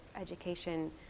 education